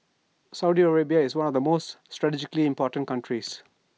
Saudi Arabia is one of the world's most strategically important countries